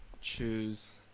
choose